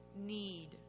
need